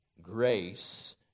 grace